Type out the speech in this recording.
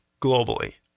globally